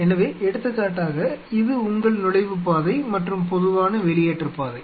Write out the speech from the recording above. எனவே எடுத்துக்காட்டாக இது உங்கள் நுழைவுப்பாதை மற்றும் பொதுவான வெளியேற்றப் பாதை